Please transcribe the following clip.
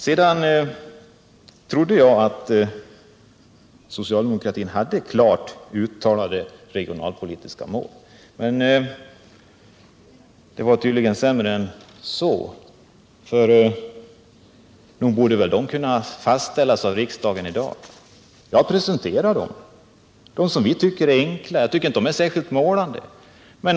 Jag trodde att socialdemokratin hade klart uttalade regionalpolitiska mål, och nog borde väl de kunna fastställas av riksdagen i dag. Jag har redogjort för dem.